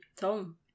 Tom